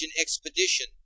expedition